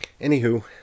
anywho